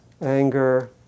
anger